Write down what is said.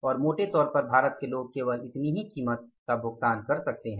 और मोटे तौर पर भारत के लोग केवल इतनी ही कीमत का भुगतान कर सकते हैं